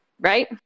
right